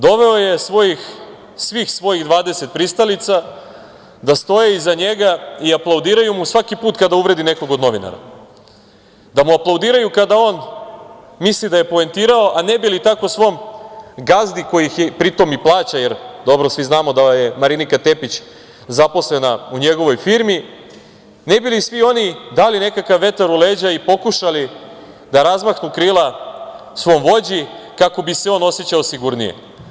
Doveo je svih svojih 20 pristalica da stoje iza njega i aplaudiraju mu svaki put kada uvredi nekog od novinara, da mu aplaudiraju kada on misli da je poentirao, a ne bi li tako svom gazdi koji ih pri tom i plaća, jer dobro svi znamo da je Marinika Tepić zaposlena u njegovoj firmi, ne bi li svi oni dali nekakav vetar u leđa i pokušali da razmahnu krila svom vođi, kako bi se on osećao sigurnije.